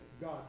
God